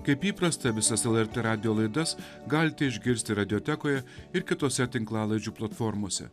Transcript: kaip įprasta visas lrt radijo laidas galite išgirsti radiotekoje ir kitose tinklalaidžių platformose